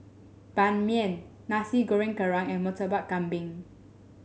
Ban Mian Nasi Goreng Kerang and Murtabak Kambing